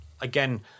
Again